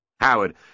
Howard